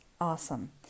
awesome